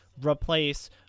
replace